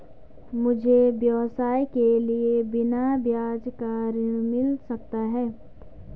मुझे व्यवसाय के लिए बिना ब्याज का ऋण मिल सकता है?